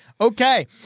Okay